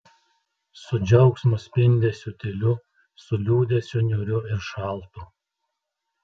su džiaugsmo spindesiu tyliu su liūdesiu niūriu ir šaltu